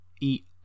eat